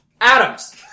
Adams